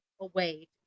away